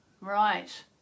Right